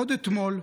עוד אתמול,